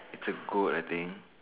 it's a goat I think